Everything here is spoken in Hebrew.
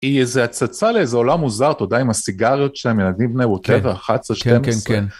היא איזה הצצה לאיזה עולם מוזר אתה יודע עם הסיגריות שלהם ילדים בני וואטאבר 11-12.